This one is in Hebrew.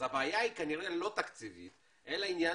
אז הבעיה היא כנראה לא תקציבית אלא עניין